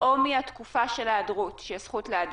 או מתקופת ההיעדרות שבה יש לה זכות להיעדר?